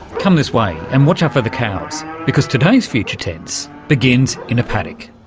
come this way, and watch out for the cows, because today's future tense begins in a paddock.